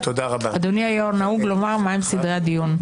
אדוני היושב-ראש, נהוג לומר מהם סדרי הדיון.